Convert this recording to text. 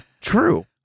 true